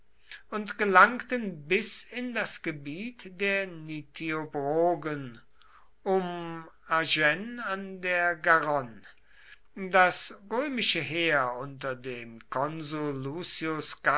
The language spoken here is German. und gelangten bis in das gebiet der nitiobrogen um agen an der garonne das römische heer unter dem konsul